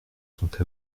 sont